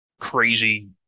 crazy